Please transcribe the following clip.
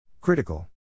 Critical